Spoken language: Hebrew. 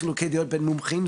ישנם חילוקי דעות גם בין מומחים.